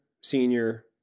senior